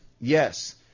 Yes